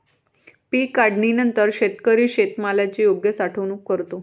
पीक काढणीनंतर शेतकरी शेतमालाची योग्य साठवणूक करतो